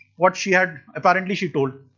what she had apparently she told.